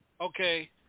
Okay